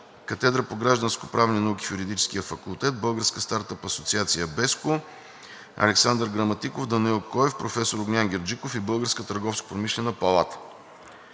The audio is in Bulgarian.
Катедрата по гражданскоправни науки в Юридическия факултет, Българска стартъп асоциация BESCO, Александър Граматиков, Данаил Коев, професор Огнян Герджиков и Българската търговско-промишлена палата.